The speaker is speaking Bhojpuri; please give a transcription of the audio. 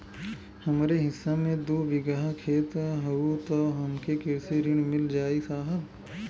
हमरे हिस्सा मे दू बिगहा खेत हउए त हमके कृषि ऋण मिल जाई साहब?